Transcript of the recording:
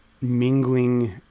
mingling